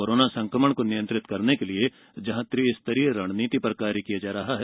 corona संक्रमण को नियंत्रित करने के लिए त्रि स्तरीय रणनीति पर कार्य किया जा रहा है